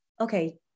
okay